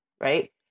right